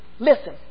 Listen